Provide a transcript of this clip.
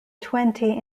twenty